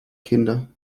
kinder